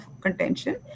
contention